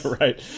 Right